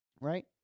right